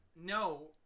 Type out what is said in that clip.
no